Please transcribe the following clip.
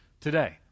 today